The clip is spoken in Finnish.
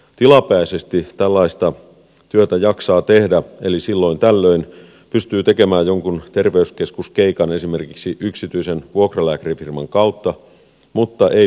tilapäisesti tällaista työtä jaksaa tehdä eli silloin tällöin pystyy tekemään jonkun terveyskeskuskeikan esimerkiksi yksityisen vuokralääkärifirman kautta mutta ei pysyvästi